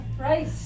Right